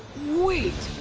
wait!